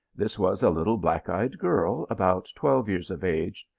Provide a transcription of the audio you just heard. this was a little black-eyed girl, about twelve years of age,